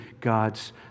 God's